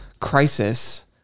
crisis